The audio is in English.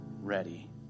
ready